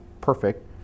perfect